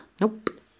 Nope